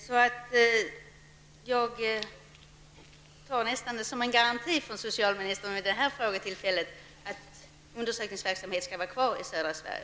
Jag tar det nästan som ett löfte från socialministern i denna frågedebatt att undersökningsverksamhet skall få finnas kvar i södra Sverige.